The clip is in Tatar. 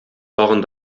тагын